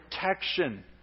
protection